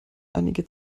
einige